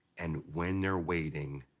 and when they're waiting,